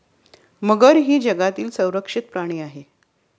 मगर ही जगातील संरक्षित प्राणी आहे